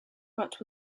but